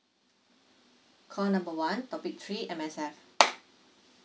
call number one topic three M_S_F